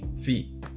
fee